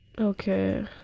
Okay